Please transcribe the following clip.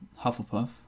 Hufflepuff